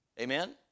Amen